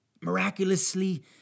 Miraculously